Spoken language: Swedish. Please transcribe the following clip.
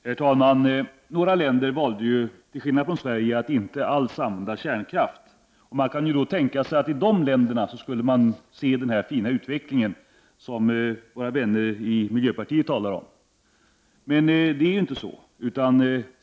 Herr talman! Några länder valde, till skillnad från Sverige, att inte alls använda kärnkraft. I de länderna kunde man tänka sig att få se den fina utveckling som våra vänner i miljöpartiet talar om. Men det är inte så.